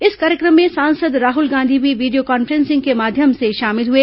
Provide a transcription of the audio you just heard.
इस कार्यक्रम में सांसद राहुल गांधी भी वीडियो कॉन्फ्रेंसिंग के माध्यम से शामिल हुए